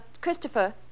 Christopher